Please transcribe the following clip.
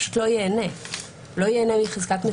פשוט לא ייהנה מחזקת מסירה.